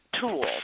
tool